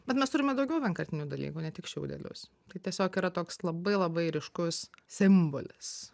bet mes turime daugiau vienkartinių dalykų ne tik šiaudelius tai tiesiog yra toks labai labai ryškus simbolis